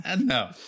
no